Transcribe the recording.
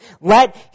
Let